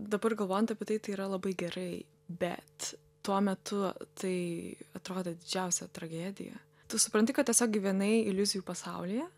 dabar galvojant apie tai tai yra labai gerai bet tuo metu tai atrodė didžiausia tragedija tu supranti kad tiesiog gyvenai iliuzijų pasaulyje